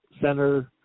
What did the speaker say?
center